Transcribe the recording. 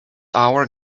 hour